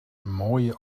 mooie